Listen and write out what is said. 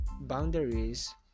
boundaries